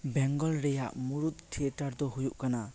ᱵᱮᱝᱜᱚᱞ ᱨᱮᱭᱟᱜ ᱢᱩᱲᱬᱫ ᱛᱷᱤᱭᱮᱴᱟᱨ ᱫᱚ ᱦᱩᱭᱩᱜ ᱠᱟᱱᱟ